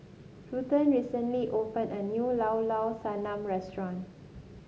Ruthann recently opened a new Llao Llao Sanum restaurant